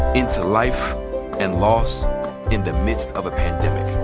into life and loss in the midst of a pandemic.